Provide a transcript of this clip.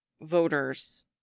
voters